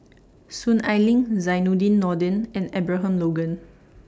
Soon Ai Ling Zainudin Nordin and Abraham Logan